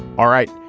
all right.